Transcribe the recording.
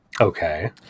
Okay